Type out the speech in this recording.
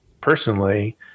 personally